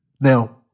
Now